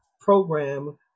program